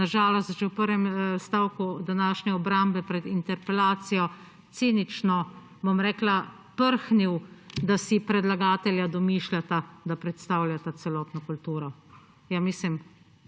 na žalost že v prvem stavku današnje obrambe pred interpelacijo cinično prhnil, da si predlagatelja domišljata, da predstavljata celotno kulturo. Mislim,